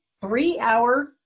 three-hour